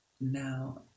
Now